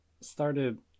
started